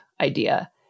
idea